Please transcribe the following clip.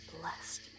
blessed